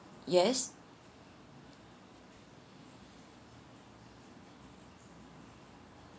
yes